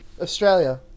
Australia